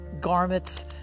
garments